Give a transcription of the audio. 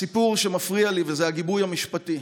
הסיפור שמפריע לי זה הגיבוי המשפטי.